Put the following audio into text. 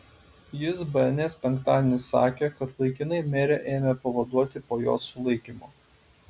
jis bns penktadienį sakė kad laikinai merę ėmė pavaduoti po jos sulaikymo